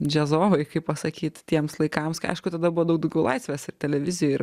džiazovai kaip pasakyt tiems laikams aišku tada buvo daug daugiau laisvės ir televizijoj ir